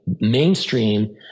mainstream